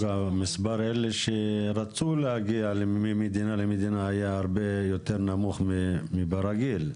גם מספר האנשים שרצה להגיע היה הרבה יותר נמוך מברגיל,